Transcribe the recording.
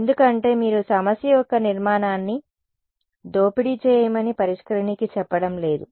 ఎందుకంటే మీరు సమస్య యొక్క నిర్మాణాన్ని దోపిడీ చేయమని పరిష్కరిణికి చెప్పడం లేదు